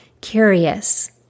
curious